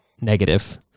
negative